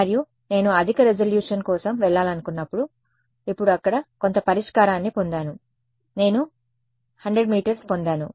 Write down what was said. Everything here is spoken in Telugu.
మరియు నేను అధిక రెజల్యూషన్ కోసం వెళ్లాలనుకున్నప్పుడు ఇప్పుడు అక్కడ కొంత పరిష్కారాన్ని పొందాను నేను 100 మీ పొందాను